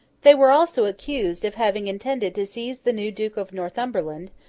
they were also accused of having intended to seize the new duke of northumberland,